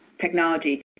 technology